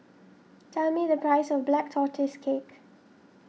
tell me the price of Black Tortoise Cake